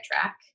track